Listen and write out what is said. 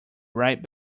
right